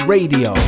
Radio